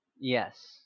Yes